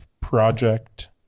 project